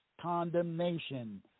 condemnation